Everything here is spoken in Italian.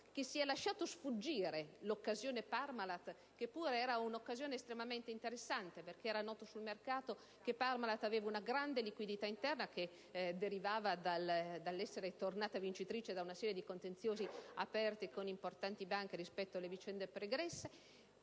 si è lasciato sfuggire l'occasione Parmalat, che pure era un'occasione estremamente interessante, perché era noto sul mercato che Parmalat aveva una grande liquidità interna che derivava dall'essere tornata vincitrice da una serie di contenziosi aperti con importanti banche rispetto alle vicende pregresse.